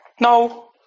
No